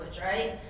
right